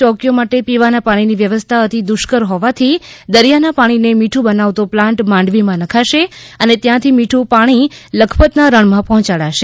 ચોકીઓ માટે પીવાના પાણીની વ્યવસ્થા અતિ દુષ્કર હોવાથી દરિયાના પાણીને મીઠું બનાવતો પ્લાન્ટ માંડવીમાં નંખાશે અને ત્યાંથી મીઠું પાણી લખપતના રણમાં પહોચાડશે